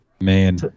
Man